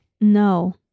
No